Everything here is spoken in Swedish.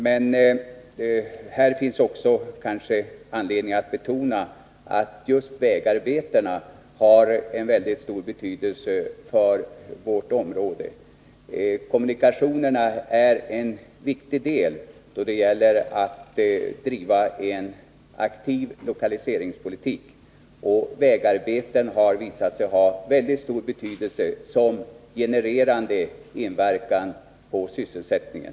Det finns emellertid anledning att betona att just vägarbetena har stor betydelse för vårt område. Kommunikationerna är viktiga för en aktiv lokaliseringspolitik, och vägarbeten har visat sig ha en genererande verkan på sysselsättningen.